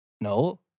no